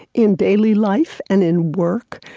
in daily life and in work.